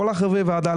כל חברי הוועדה,